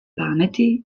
pameti